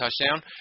touchdown